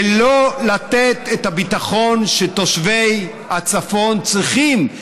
ולא לתת את הביטחון שתושבי הצפון צריכים,